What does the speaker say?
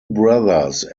brothers